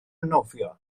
nofio